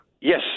Yes